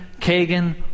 Kagan